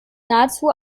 nahezu